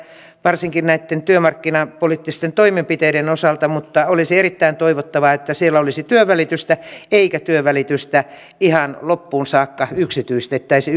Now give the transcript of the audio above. varsinkin näitten työmarkkinapoliittisten toimenpiteiden osalta mutta olisi erittäin toivottavaa että siellä olisi työnvälitystä eikä työnvälitystä ihan loppuun saakka yksityistettäisi